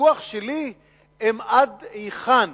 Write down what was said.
הוויכוח שלי הוא עד היכן